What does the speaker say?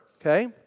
okay